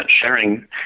sharing